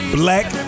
black